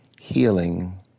healing